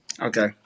Okay